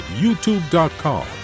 youtube.com